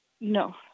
No